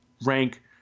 rank